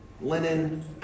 linen